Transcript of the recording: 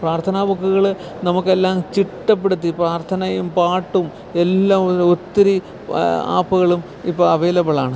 പ്രാർത്ഥന ബുക്കുകൾ നമുക്കെല്ലാം ചിട്ടപ്പെടുത്തി പ്രാർത്ഥനയും പാട്ടും എല്ലാം ഒത്തിരി ആപ്പുകളും ഇപ്പോൾ അവൈലബിളാണ്